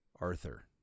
Arthur